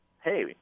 hey